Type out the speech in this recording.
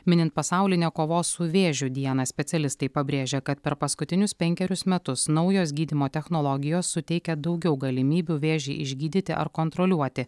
minint pasaulinę kovos su vėžiu dieną specialistai pabrėžia kad per paskutinius penkerius metus naujos gydymo technologijos suteikia daugiau galimybių vėžį išgydyti ar kontroliuoti